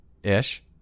ish